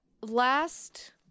last